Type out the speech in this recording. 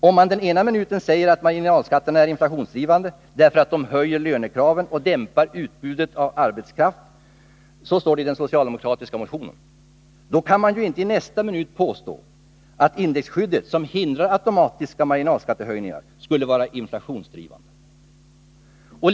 Om man den ena minuten säger att marginalskatterna är inflationsdrivande därför att de höjer lönekraven och dämpar utbudet av arbetskraft — så står det i den socialdemokratiska motionen — kan man ju inte nästa minut påstå att indexskyddet, som hindrar automatiska marginalskattehöjningar, skulle vara inflationsdrivande.